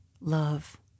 love